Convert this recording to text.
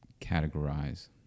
categorize